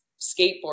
skateboard